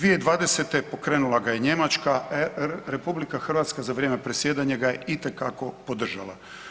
2020. pokrenula ga je Njemačka, a RH za vrijeme predsjedanja ga je itekako podržala.